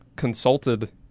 Consulted